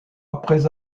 après